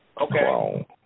Okay